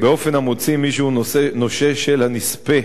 באופן המוציא את מי שהוא נושה של הנספה